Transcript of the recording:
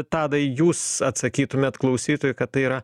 tadai jūs atsakytumėt klausytojui kad tai yra